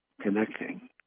connecting